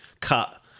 cut